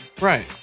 Right